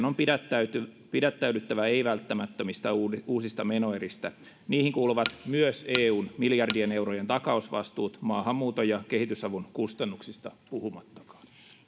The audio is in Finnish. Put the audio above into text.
on pidättäydyttävä pidättäydyttävä ei välttämättömistä uusista uusista menoeristä niihin kuuluvat myös eun miljardien eurojen takausvastuut maahanmuuton ja kehitysavun kustannuksista puhumattakaan